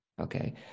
okay